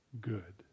good